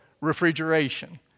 refrigeration